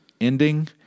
ending